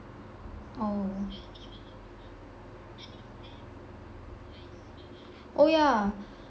oh oh yeah